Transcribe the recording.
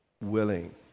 willing